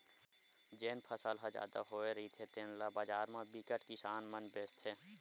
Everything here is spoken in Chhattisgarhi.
जेन फसल ह जादा होए रहिथे तेन ल बजार म बिकट किसान मन बेचथे